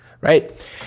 right